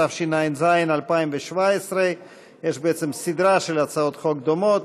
התשע"ז 2017. יש בעצם סדרה של הצעות חוק דומות,